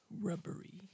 Rubbery